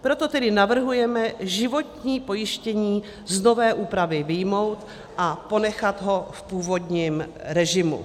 Proto tedy navrhujeme životní pojištění z nové úpravy vyjmout a ponechat ho v původním režimu.